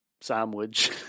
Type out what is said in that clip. sandwich